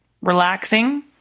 relaxing